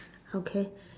okay